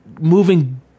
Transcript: moving